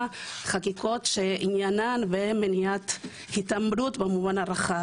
חקיקות שעניינן מניעת התעמרות במובן הרחב.